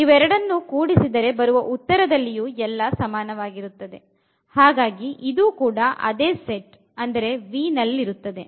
ಇವೆರಡನ್ನೂ ಕೂಡಿಸಿದರೆ ಬರುವ ಉತ್ತರದಲ್ಲಿಯೂ ಎಲ್ಲಾ ಸಮನಾಗಿರುತ್ತದೆ ಹಾಗಾಗಿ ಇದು ಕೂಡ ಅದೇ ಸೆಟ್ ಆದೆ V ನಲ್ಲಿರುತ್ತದೆ